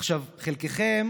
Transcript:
עכשיו, חלקכם